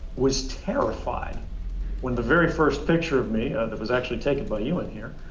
was terrified when the very first picture of me that was actually taken by ewen here